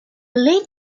late